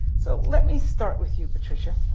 so let me start with you, patricia.